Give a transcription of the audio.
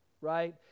right